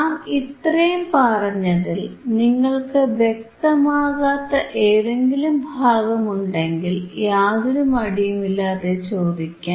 നാം ഇത്രയും പറഞ്ഞതിൽ നിങ്ങൾക്ക് വ്യക്തമാകാത്ത ഏതെങ്കിലും ഭാഗമുണ്ടെങ്കിൽ യാതൊരു മടിയുമില്ലാതെ ചോദിക്കാം